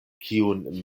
kiun